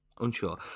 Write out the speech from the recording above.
unsure